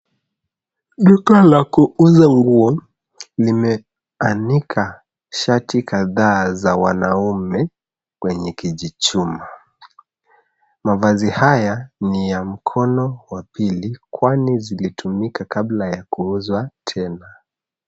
Duka la kuuza nguo limeanika shati kadhaa za wanaume kwenye kijichuma. Mavazi haya ni ya mkono wa pili kwani zilitumika kabla ya kuuzwa tena.